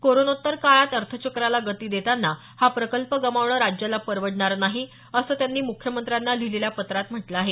कोरोनोत्तर काळात अर्थेचक्राला गती देताना हा प्रकल्प गमावणं राज्याला परवडणारं नाही असं त्यांनी मुख्यमंत्र्यांना लिहिलेल्या पत्रात म्हटलं आहे